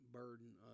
burden